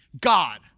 God